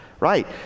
Right